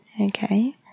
okay